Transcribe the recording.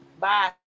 Bye